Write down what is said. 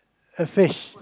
a fish